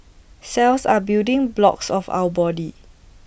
cells are building blocks of our body